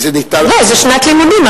לא, זה שנת לימודים.